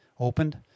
Opened